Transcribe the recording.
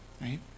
right